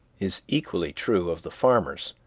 is equally true of the farmers.